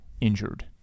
injured